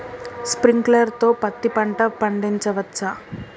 Sprinkler తో పత్తి పంట పండించవచ్చా?